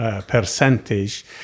percentage